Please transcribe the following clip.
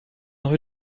rue